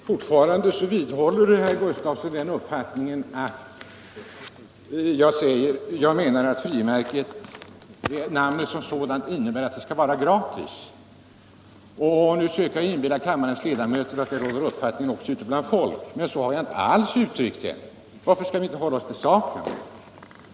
Herr talman! Fortfarande vidhåller herr Sven Gustafson i Göteborg att jag menar att beteckningen frimärke som sådant innebär att det skall vara gratis och att jag söker inbilla kammarens ledamöter att det är uppfattningen också ute bland folket. Men så har jag inte alls uttryckt det. Varför skall vi inte hålla oss till saken?